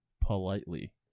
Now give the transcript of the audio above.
politely